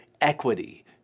equity